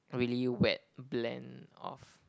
really wet blend of